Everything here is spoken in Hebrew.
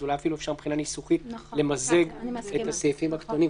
אז אולי אפשר מבחינה ניסוחית למזג את הסעיפים הקטנים.